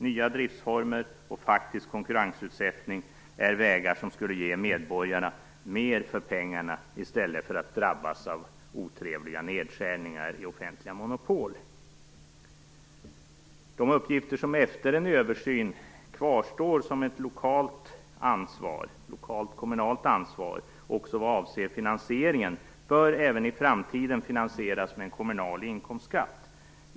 Nya driftsformer och faktisk konkurrensutsättning är vägar som skulle ge medborgarna mer för pengarna i stället för att de drabbas av otrevliga nedskärningar i offentliga monopol. De uppgifter som efter en översyn kvarstår som ett lokalt kommunalt ansvar - också vad avser finansieringen - bör även i framtiden finansieras med en kommunal inkomstskatt.